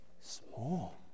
Small